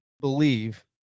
believe